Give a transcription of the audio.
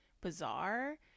bizarre